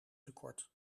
tekort